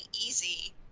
easy